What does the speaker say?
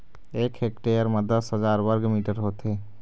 एक हेक्टेयर म दस हजार वर्ग मीटर होथे